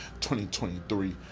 2023